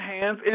hands